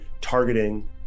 targeting